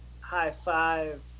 high-five